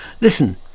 Listen